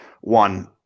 One